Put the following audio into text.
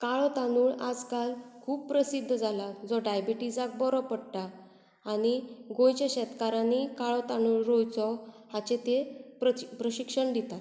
काळो तांदुळ आज काल खूब प्रसिध्द जालां जो डायबेटिजाक बरो पडटां आनी गोंयच्या शेतकाऱ्यांनी काळो तांदुळ रोंवंचो हाचें तें प्रशिक्षण दितात